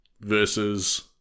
versus